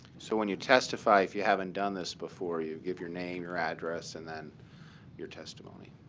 so when you testify, if you haven't done this before, you give your name, your address, and then your testimony.